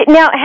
Now